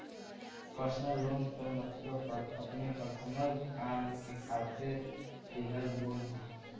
personal loan क मतलब अपने पर्सनल काम के खातिर लिहल लोन हौ